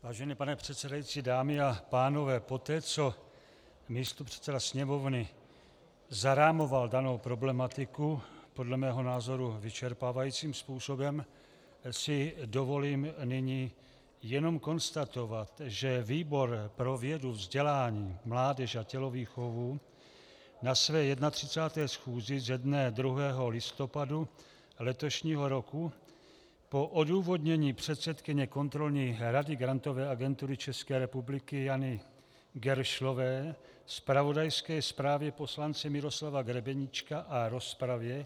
Vážený pane předsedající, dámy a pánové, poté co místopředseda Sněmovny zarámoval danou problematiku podle mého názoru vyčerpávajícím způsobem, si dovolím nyní jenom konstatovat, že výbor pro vědu, vzdělání, mládež a tělovýchovu na své 31. schůzi ze dne 2. listopadu letošního roku po odůvodnění předsedkyně Kontrolní rady Grantové agentury ČR Jany Geršlové, zpravodajské zprávě poslance Miroslava Grebeníčka a rozpravě